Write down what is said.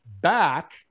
back